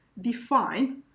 define